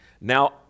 Now